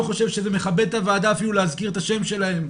חושב שזה מכבד את הוועדה אפילו להזכיר את השם שלהם,